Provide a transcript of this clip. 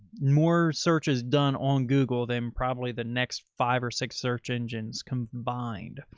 more searches done on google then probably the next five or six search engines combined.